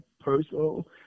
personal